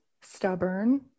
stubborn